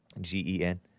G-E-N